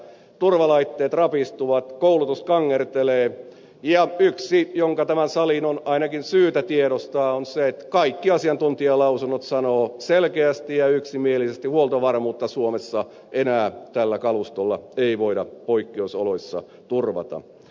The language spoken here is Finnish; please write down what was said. turvalaitteet rapistuvat koulutus kangertelee ja yksi mikä tämän salin on ainakin syytä tiedostaa on se että kaikki asiantuntijalausunnot sanovat selkeästi ja yksimielisesti huoltovarmuutta suomessa ei enää tällä kalustolla voida poikkeusoloissa turvata